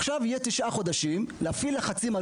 עכשיו יהיו תשעה חודשים להפעיל לחצים על